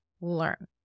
learn